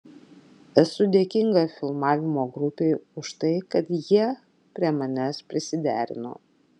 esu dėkinga filmavimo grupei už tai kad jie prie manęs prisiderino